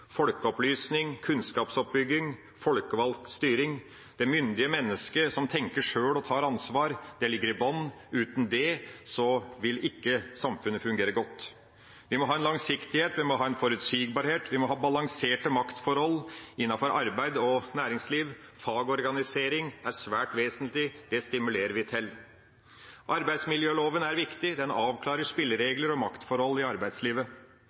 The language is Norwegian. Folkeopplysning, kunnskapsoppbygging, folkevalgt styring og det myndige mennesket som tenker selv og tar ansvar, ligger i bunnen. Uten dette vil ikke samfunnet fungere godt. Vi må ha langsiktighet, forutsigbarhet og balanserte maktforhold innenfor arbeids- og næringsliv. Fagorganisering er svært vesentlig, det stimulerer vi til. Arbeidsmiljøloven er viktig, den avklarer spilleregler og maktforhold i arbeidslivet.